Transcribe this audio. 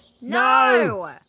No